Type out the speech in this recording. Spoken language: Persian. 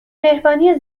مهربانی